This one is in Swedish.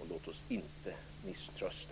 Och låt oss inte misströsta.